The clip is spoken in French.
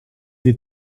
des